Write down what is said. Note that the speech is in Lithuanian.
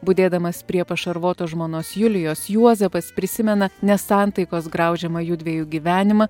budėdamas prie pašarvoto žmonos julijos juozapas prisimena nesantaikos graužiamą jųdviejų gyvenimą